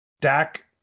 Dak